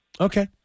Okay